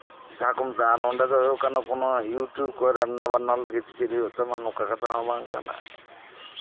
ᱡᱟᱦᱟᱸ ᱠᱚ ᱢᱮᱛᱟᱜᱼᱟ ᱱᱚᱰᱮ ᱫᱚ ᱨᱟᱱᱱᱟ ᱵᱟᱱᱱᱟ ᱠᱟᱛᱮᱜ ᱪᱮᱫ ᱦᱩᱭᱩᱜ ᱠᱟᱱᱟ ᱱᱚᱝᱠᱟ ᱫᱚ ᱵᱟᱝ ᱠᱟᱱᱟ